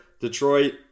Detroit